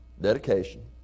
dedication